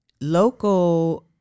local